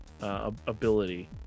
ability